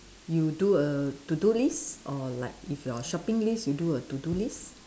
you do a to do list or like if your shopping list you do a to do list